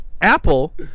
Apple